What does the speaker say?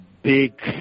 big